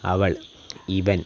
അവൾ ഇവൻ